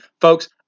Folks